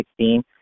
2016